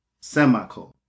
semicolon